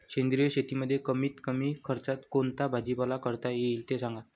सेंद्रिय शेतीमध्ये कमीत कमी खर्चात कोणता भाजीपाला करता येईल ते सांगा